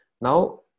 now